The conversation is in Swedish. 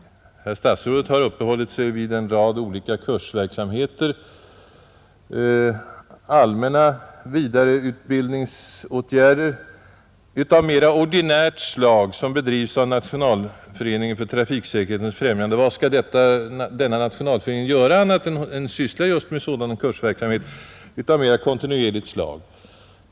Herr statsrådet har uppehållit sig vid en rad olika kursverksamheter och allmänna vidareutbildningsåtgärder av mera ordinärt slag av den sort som bedrivs av NTF. Vad skall denna nationalförening göra annat än att syssla just med sådan kursverksamhet av mera kontinuerligt slag?